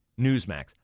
Newsmax